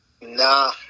Nah